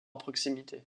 proximité